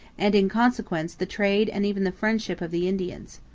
and in consequence the trade and even the friendship of the indians.